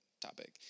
topic